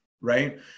right